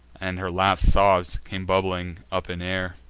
and her last sobs came bubbling up in air.